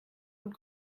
und